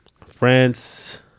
France